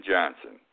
Johnson